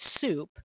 soup